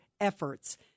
efforts